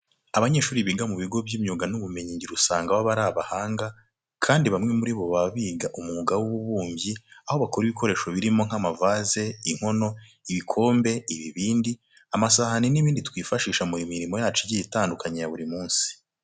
Abanyeshuri biga mu bigo by'imyuga n'ubumenyingiro usanga baba iri abahanga kandi bamwe muri bo baba biga umwuga w'ububumbyi aho bakora ibikoresho birimo nk'amavaze, inkono, ibikombe, ibibindi, amasahani n'ibindi twifashisha mu murimo yacu igiye itandukanye ya buri munsi.